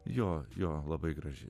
jo jo labai graži